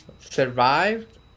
survived